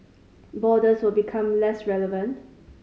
borders will become less relevant